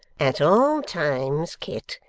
at all times, kit,